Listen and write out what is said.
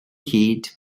hid